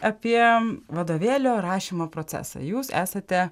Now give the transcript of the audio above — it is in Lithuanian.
apie vadovėlio rašymo procesą jūs esate